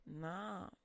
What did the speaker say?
nah